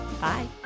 Bye